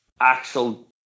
actual